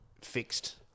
fixed